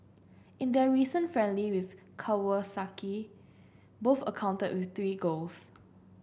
in their recent friendly with Kawasaki both accounted for three goals